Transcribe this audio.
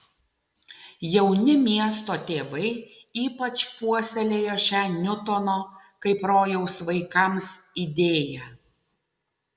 jauni miesto tėvai ypač puoselėjo šią niutono kaip rojaus vaikams idėją